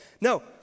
No